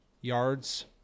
yards